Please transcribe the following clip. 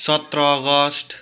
सत्र अगस्ट